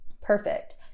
perfect